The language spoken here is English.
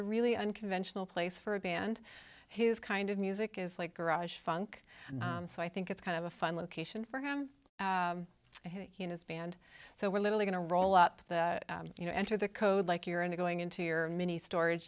a really and conventional place for a band his kind of music is like garage funk so i think it's kind of a fun location for him and he and his band so we're literally going to roll up to you know enter the code like you're into going into your mini storage